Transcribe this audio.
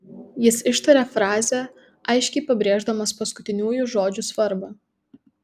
jis ištarė frazę aiškiai pabrėždamas paskutiniųjų žodžių svarbą